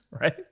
Right